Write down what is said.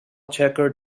checker